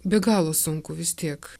be galo sunku vis tiek